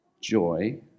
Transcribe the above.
joy